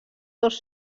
dos